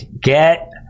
Get